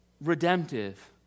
redemptive